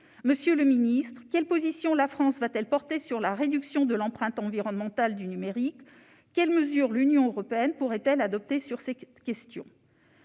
Monsieur le secrétaire d'État, quelle position la France portera-t-elle sur la réduction de l'empreinte environnementale du numérique ? Quelles mesures l'Union européenne pourrait-elle adopter sur cette question ?